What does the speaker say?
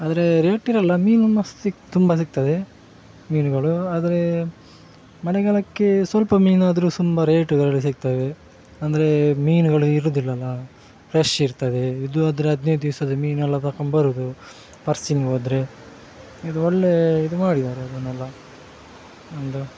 ಆದರೆ ರೇಟ್ ಇರೋಲ್ಲ ಮೀನು ಮಸ್ತ್ ಸಿಕ್ಕು ತುಂಬ ಸಿಗ್ತದೆ ಮೀನುಗಳು ಆದರೆ ಮಳೆಗಾಲಕ್ಕೆ ಸ್ವಲ್ಪ ಮೀನಾದ್ರೂ ಸುಂಬ ರೇಟ್ಗಳಲ್ಲಿ ಸಿಗ್ತವೆ ಅಂದರೆ ಮೀನುಗಳು ಇರುವುದಿಲ್ಲಲ್ಲ ಫ್ರೆಶ್ ಇರ್ತದೆ ಇದು ಆದರೆ ಹದಿನೈದು ದಿವಸದ ಮೀನೆಲ್ಲ ತಗೊಂಡ್ಬರೋದು ಪರ್ಸಿಂಗ್ ಹೋದರೆ ಇದು ಒಳ್ಳೆ ಇದು ಮಾಡಿದ್ದಾರೆ ಅದನ್ನೆಲ್ಲ ಅಂದು